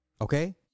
okay